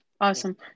Awesome